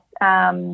Yes